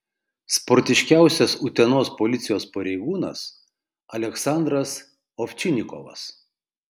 sportiškiausias utenos policijos pareigūnas aleksandras ovčinikovas